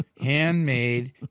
handmade